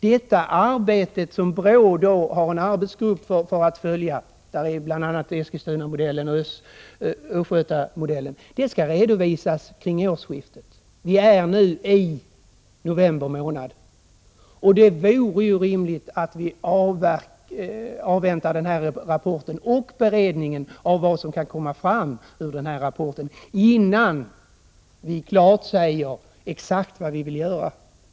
Det arbete som pågår och som följs av en arbetsgrupp vid BRÅ -— det gäller bl.a. Eskilstunamodellen och Östgötamodellen — skall redovisas vid årsskiftet. Vi är nu i november månad, och det vore rimligt att avvakta denna rapport och beredningen av vad som kan komma fram i rapporten innan vi klart uttalar exakt vad vi vill göra.